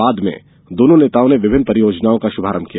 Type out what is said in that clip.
बाद में दोनों नेताओं ने विभिन्न परियोजनाओं का शुभारंभ किया